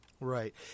Right